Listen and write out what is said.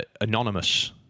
Anonymous